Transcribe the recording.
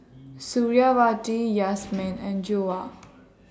Suriawati Yasmin and Joyah